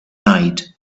night